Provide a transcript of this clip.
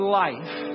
life